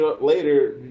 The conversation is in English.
later